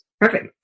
Perfect